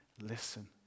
Listen